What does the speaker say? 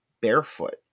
barefoot